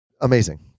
Amazing